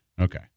Okay